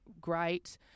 great